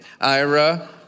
Ira